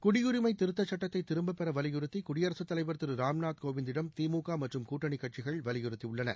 குடியரிமை திருத்த சட்டத்தை திரும்பபெற வலியுறுத்தி குடியரசுத் தலைவர் திரு ராம்நாத் கோவிந்திடம் திமுக மற்றும் கூட்டணி கட்சிகள் வலியுறுத்தியுள்ளன